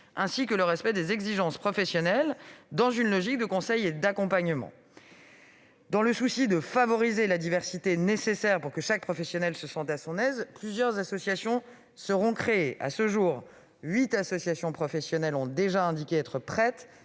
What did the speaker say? ainsi que le respect des exigences professionnelles, dans une logique de conseil et d'accompagnement. Dans le souci de favoriser la diversité nécessaire pour que chaque professionnel se sente à son aise, plusieurs associations seront créées. À ce jour, huit associations professionnelles ont déjà indiqué être prêtes